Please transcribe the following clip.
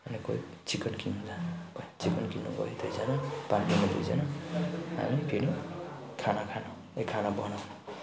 अनि कोही चिकन किन्नु जाने भयो चिकन किन्नु गयो दुईजना पानी लिनु दुईजना हामी फेरि खाना खानु ए खाना बनाउनु